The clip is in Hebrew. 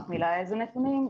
ואף מילה אילו נתונים.